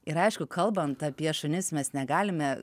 ir aišku kalbant apie šunis mes negalime